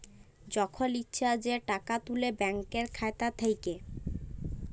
যখল ইছা যে টাকা তুলে ব্যাংকের খাতা থ্যাইকে